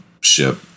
ship